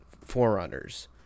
Forerunners